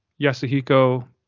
Yasuhiko